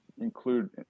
include